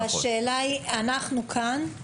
אנחנו כאן,